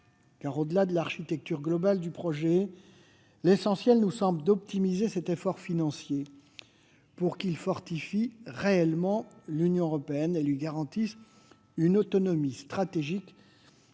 Car, au-delà de l'architecture globale du projet, l'essentiel est semble-t-il d'optimiser cet effort financier pour qu'il fortifie réellement l'Union européenne et lui garantisse une autonomie stratégique